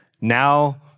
now